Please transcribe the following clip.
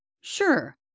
Sure